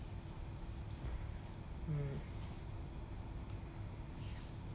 mm